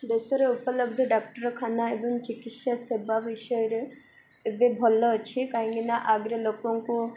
ଦେଶରେ ଉପଲବ୍ଧ ଡାକ୍ତରଖାନା ଏବଂ ଚିକିତ୍ସା ସେବା ବିଷୟରେ ଏବେ ଭଲ ଅଛି କାହିଁକିନା ଆଗରେ ଲୋକଙ୍କୁ